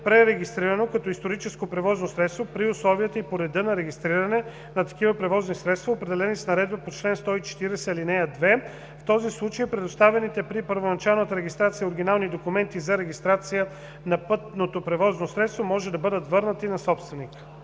пререгистрирано като историческо превозно средство, при условията и по реда за регистриране на такива превозни средства, определени с наредбата по чл. 140, ал. 2. В този случай предоставените при първоначалната регистрация оригинални документи за регистрация на пътното превозното средство може да бъдат върнати на собственика.”